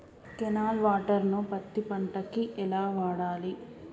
Canal water ను పత్తి పంట కి ఎలా వాడాలి?